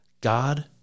God